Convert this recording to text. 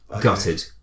Gutted